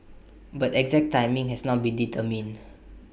but exact timing has not been determined